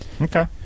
okay